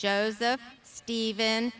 joseph steven